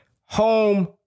Home